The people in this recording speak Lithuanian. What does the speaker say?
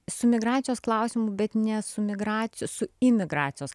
su migracijos klausimu bet ne su migracijos imigracijos